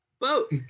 Boat